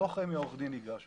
חמי עורך הדין ניגש,